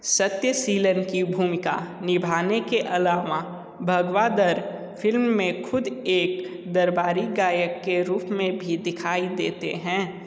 सत्यशीलन की भूमिका निभाने के अलावा भगवादर फ़िल्म में ख़ुद एक दरबारी गायक के रूप में भी दिखाई देते हैं